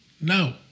no